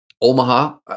Omaha